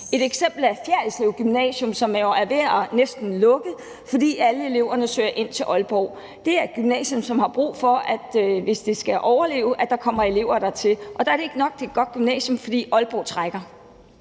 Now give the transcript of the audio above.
Et eksempel er Fjerritslev Gymnasium, som næsten er ved at lukke, fordi alle eleverne søger ind til Aalborg. Det er et gymnasium, som, hvis det skal overleve, har brug for, at der kommer elever dertil, og der er det ikke nok, at det er et godt gymnasium, for Aalborg trækker.